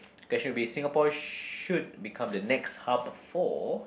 question will be Singapore should be the next hub for